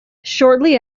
shortly